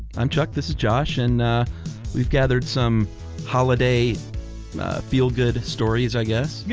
i'm chuck, this is josh, and we've gathered some holiday feel good stories i guess. yeah,